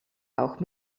auch